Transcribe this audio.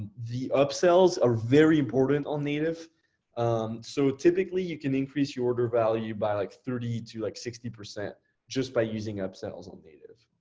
the upsells are very important on native so typically, you can increase your order value by like thirty to like sixty percent just by using upsells on native.